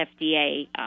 FDA